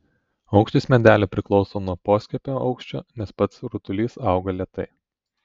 aukštis medelio priklauso nuo poskiepio aukščio nes pats rutulys auga lėtai